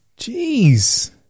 Jeez